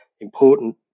important